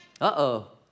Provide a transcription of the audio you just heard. Uh-oh